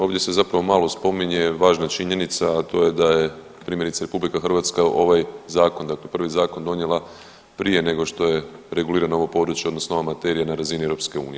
Ovdje se zapravo malo spominje važna činjenica, a to je da je primjerice Republika Hrvatska ovaj zakon, dakle prvi zakon donijela prije nego što je regulirano ovo područje, odnosno ova materija na razini EU.